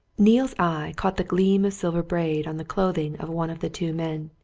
neale's eye caught the gleam of silver braid on the clothing of one of the two men,